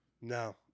No